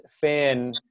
fan